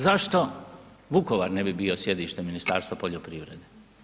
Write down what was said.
Zašto Vukovar ne bi bio sjedište Ministarstva poljoprivrede?